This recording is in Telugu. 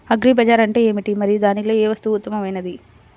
అగ్రి బజార్ అంటే ఏమిటి మరియు దానిలో ఏ వస్తువు ఉత్తమమైనది?